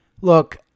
look